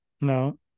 no